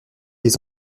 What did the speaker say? des